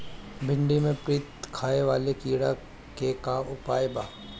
भिन्डी में पत्ति खाये वाले किड़ा के का उपाय बा?